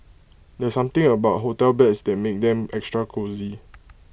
there's something about hotel beds that makes them extra cosy